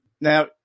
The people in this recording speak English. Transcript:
Now